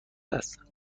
است